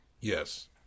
Yes